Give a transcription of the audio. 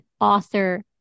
author